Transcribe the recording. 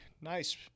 nice